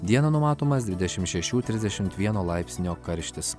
dieną numatomas dvidešimt šešių trisdešimt vieno laipsnio karštis